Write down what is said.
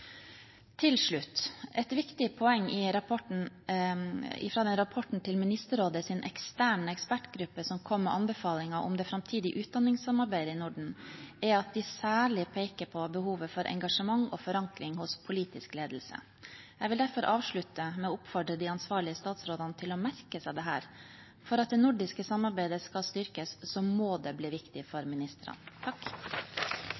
Til slutt: Et viktig poeng i rapporten fra Ministerrådets eksterne ekspertgruppe som kom med anbefalinger om det framtidige utdanningssamarbeidet i Norden, er at de særlig peker på behovet for engasjement og forankring hos politisk ledelse. Jeg vil derfor avslutte med å oppfordre de ansvarlige statsrådene til å merke seg dette: For at det nordiske samarbeidet skal styrkes, må det bli viktig